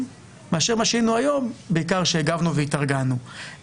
מאשר מה שהיינו היום בעיקר שהגבנו והתארגנו.